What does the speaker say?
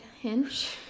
Hinge